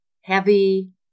heavy